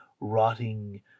rotting